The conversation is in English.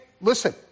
listen